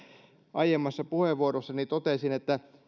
aiemmassa puheenvuorossani totesin että